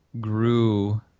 grew